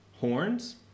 horns